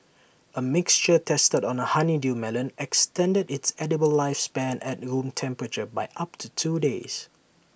A mixture tested on A honeydew melon extended its edible lifespan at room temperature by up to two days